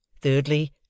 Thirdly